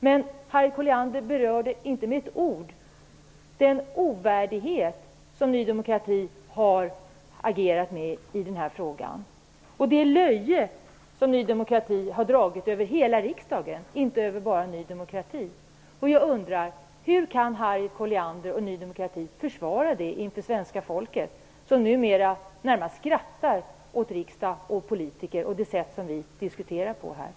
Men Harriet Colliander berörde inte med ord ett den ovärdighet med vilken Ny demokrati har agerat i denna fråga och det löje som Ny demokrati har dragit över hela riksdagen, inte bara över Ny demokrati. Jag undrar: Hur kan Harriet Colliander och Ny demokrati försvara detta inför svenska folket, som numera närmast skrattar åt riksdag och politiker och det sätt på vilket vi här diskuterar.